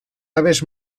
aves